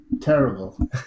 terrible